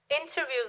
Interviews